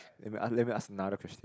let me ask let me ask another question